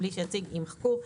ובלי שהציג" יימחקו,